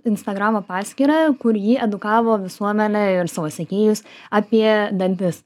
instagramo paskyrą kur ji edukavo visuomenę ir savo sekėjus apie dantis